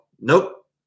nope